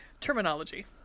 Terminology